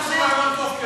אבל חינוך זה רעיון טוב,